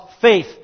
faith